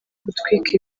gutwika